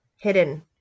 hidden